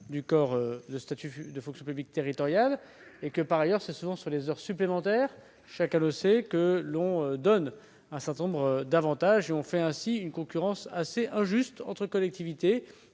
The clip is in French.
de statut de fonction publique territoriale. Par ailleurs, c'est souvent par les heures supplémentaires, chacun le sait, que l'on offre un certain nombre d'avantages. On provoque ainsi une concurrence assez injuste entre collectivités